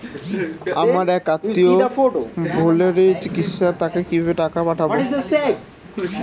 আমার এক আত্মীয় ভেলোরে চিকিৎসাধীন তাকে কি ভাবে টাকা পাঠাবো?